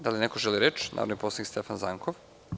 Da li neko želi reč? (Da) Reč ima narodni poslanik Stefan Zankov.